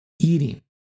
eating